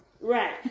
Right